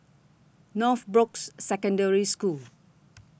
Northbrooks Secondary School